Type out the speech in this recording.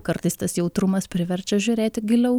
kartais tas jautrumas priverčia žiūrėti giliau